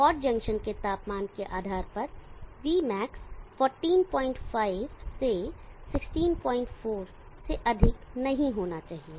hot junction के तापमान के आधार पर Vmax 145 से 164 से अधिक नहीं होना चाहिए